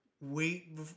wait